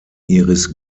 iris